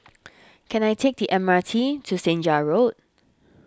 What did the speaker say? can I take the M R T to Senja Road